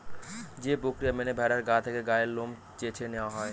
যে প্রক্রিয়া মেনে ভেড়ার গা থেকে গায়ের লোম চেঁছে নেওয়া হয়